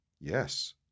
Yes